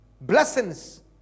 blessings